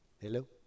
Hello